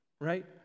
right